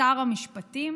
משר המשפטים